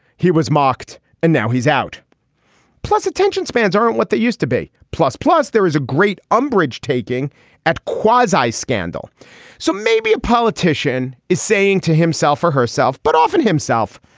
he was mocked and now he's out plus attention spans aren't what they used to be. plus plus there is a great umbrage taking at kweisi scandal so maybe a politician is saying to himself or herself but often himself.